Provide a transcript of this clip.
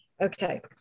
Okay